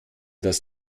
das